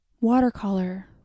Watercolor